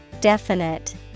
Definite